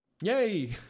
Yay